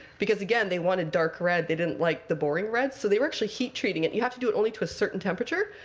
because again, again, they wanted dark red. they didn't like the boring red. so they were actually heat-treating it. you have to do it only to a certain temperature.